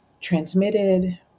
transmitted